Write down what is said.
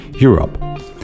Europe